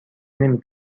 نمی